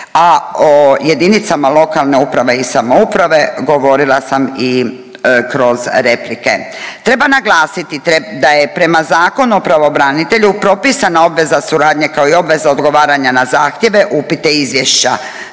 a o jedinicama lokalne uprave i samouprave govorila sam i kroz replike. Treba naglasiti da je prema Zakonu o pravobranitelju propisana obveza suradnje kao i obveza odgovaranja na zahtjeve, upite i izvješća.